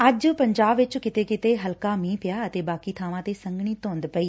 ਅੱਜ ਪੰਜਾਬ ਵਿਚ ਕਿਤੇ ਕਿਤੇ ਹਲਕਾ ਮੀਂਹ ਪਿਆ ਤੇ ਬਾਕੀ ਬਾਵਾਂ ਤੇ ਸੰਘਣੀ ਧੂੰਦ ਪਈ